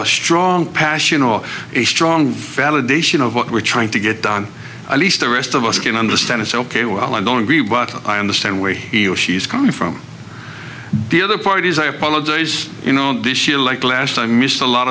a strong passion or a strong validation of what we're trying to get done at least the rest of us can understand it's ok well i don't agree what i understand where he or she is coming from the other part is i apologize you know this year like last i missed a lot